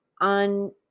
on